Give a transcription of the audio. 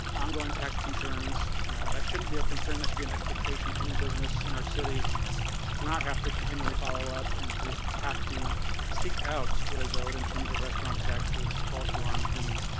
ongoing tax concerns that shouldn't be a concern. that should be an expectation of any business in our city to not have to continually follow up and to have to seek out what is owed in terms of restaurant taxes, false alarm fees,